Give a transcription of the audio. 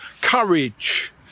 Courage